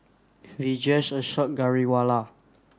Vijesh Ashok Ghariwala